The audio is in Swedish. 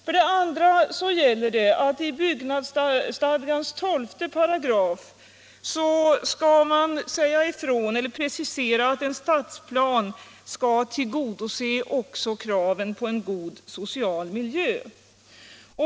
För det andra gäller det att man i byggnadsstadgans 12 § I mom. skulle precisera att en stadsplan skall tillgodose också kraven på en god social miljö.